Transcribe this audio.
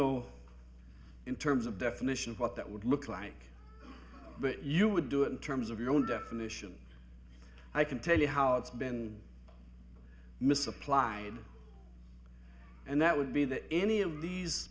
know in terms of definition of what that would look like but you would do in terms of your own definition i can tell you how it's been misapplied and that would be that any of these